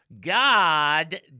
God